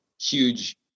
huge